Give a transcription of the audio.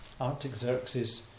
Artaxerxes